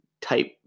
type